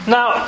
Now